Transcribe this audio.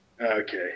Okay